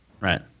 Right